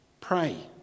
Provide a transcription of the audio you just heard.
pray